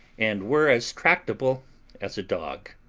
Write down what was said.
and were as tractable as a dog.